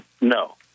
No